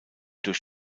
durch